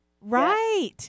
right